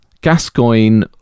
Gascoigne